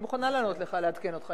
אני מוכנה לענות לך, לעדכן אותך.